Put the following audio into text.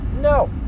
no